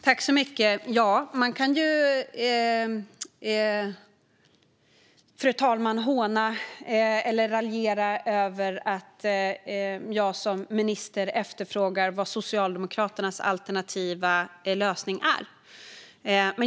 Fru talman! Ja, man kan håna och raljera över att jag som minister efterfrågar vilken Socialdemokraternas alternativa lösning är.